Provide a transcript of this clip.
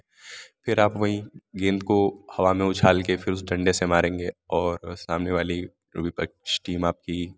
फिर आप वहीं गेंद को हवा में उछाल कर फिर उस डंडे से मारेंगे और सामने वाली जो विपक्ष टीम आपकी